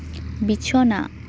ᱵᱤᱪᱷᱟᱹᱱᱟ